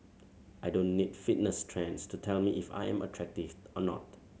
I don't need fitness trends to tell me if I am attractive or not